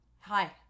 Hi